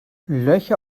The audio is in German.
löcher